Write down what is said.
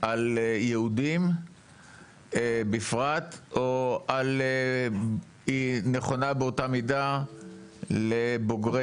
על יהודים בפרט או היא נכונה באותה מידה לבוגרי